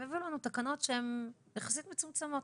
הם יביאו לנו תקנות יחסית מצומצמות.